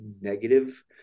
negative